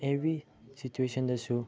every ꯁꯤꯆꯨꯋꯦꯁꯟꯗꯁꯨ